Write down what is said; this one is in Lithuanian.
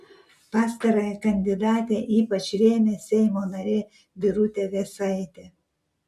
pastarąją kandidatę ypač rėmė seimo narė birutė vėsaitė